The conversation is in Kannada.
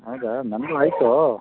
ಹಾಗಾ ನನ್ನದು ಆಯಿತೋ